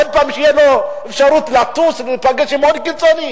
שעוד פעם תהיה לו אפשרות לטוס ולהיפגש עם עוד קיצוני?